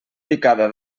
picada